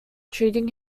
treating